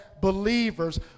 believers